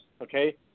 Okay